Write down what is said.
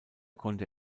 konnte